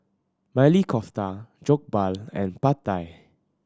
Maili Kofta Jokbal and Pad Thai